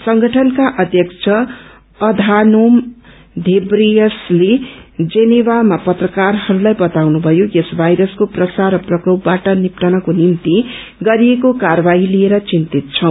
संगठनका अध्यक्ष अधानोम धेब्रेयेससले जेनेवामा पत्रकारहस्लाई बताउनुभयो यस भाइरसको प्रसार र प्रकोपबाट निप्टनको निभित गरिएको कार्यवाही लिएर चिन्त छौ